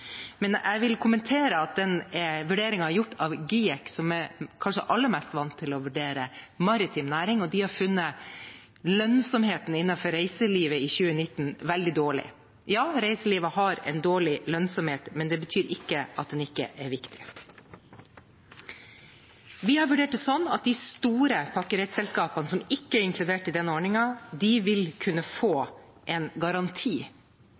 Men jeg vil kommentere at vurderingen er gjort av GIEK, som kanskje er aller mest vant til å vurdere maritim næring, og de har funnet at lønnsomheten innenfor reiselivet i 2019 var veldig dårlig. Ja, reiselivet har en dårlig lønnsomhet, men det betyr ikke at det ikke er viktig. Vi har vurdert det sånn at de store pakkereiseselskapene som ikke er inkludert i denne ordningen, vil kunne få en garanti.